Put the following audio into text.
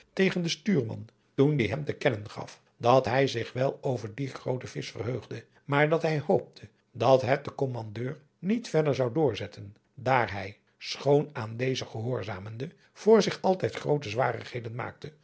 tegen den stuurman toen die hem te kennen gaf dat hij zich wel over dien grooten visch verheugde maar dat hij hoopte dat het de kommandeur niet verder zou doorzetten daar hij schoon aan dezen gehoorzamende voor zich altijd groote zwarigheden maakte